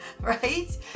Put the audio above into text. right